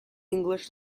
english